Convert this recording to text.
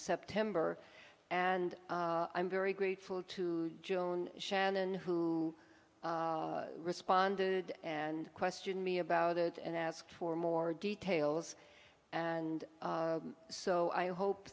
september and i'm very grateful to joan shannon who responded and question me about it and ask for more details and so i hope